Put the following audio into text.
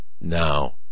now